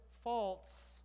faults